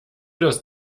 das